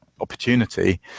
opportunity